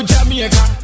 Jamaica